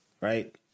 right